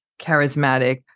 charismatic